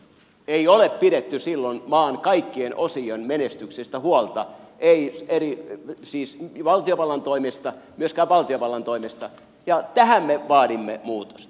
ei ole pidetty silloin maan kaikkien osien menestyksestä huolta ei siis myöskään valtiovallan toimesta ja tähän me vaadimme muutosta